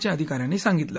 च्या अधिकाऱ्यांनी सांगितलं